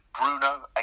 Bruno